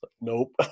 Nope